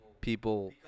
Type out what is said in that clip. people